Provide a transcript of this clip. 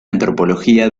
antropología